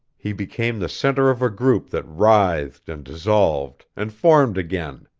he became the center of a group that writhed and dissolved, and formed again.